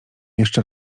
jeszcze